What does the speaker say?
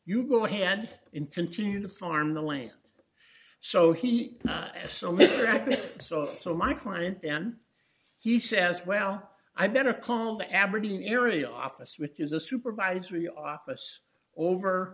you go ahead in continue to farm the land so he has so much so so my client then he says well i better call the aberdeen area office which is a supervisory office over